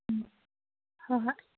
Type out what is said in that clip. ꯎꯝ ꯍꯣꯏ ꯍꯣꯏ